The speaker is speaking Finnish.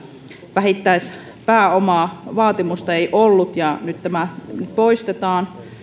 vähittäispääomavaatimusta ei ollut nyt tämä poistetaan